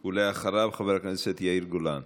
אחריו, חבר הכנסת יאיר גולן.